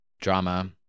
Drama